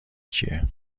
کیه